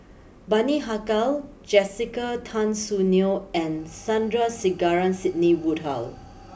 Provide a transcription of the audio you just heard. Bani Haykal Jessica Tan Soon Neo and Sandrasegaran Sidney Woodhull